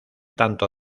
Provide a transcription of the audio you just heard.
tanto